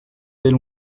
del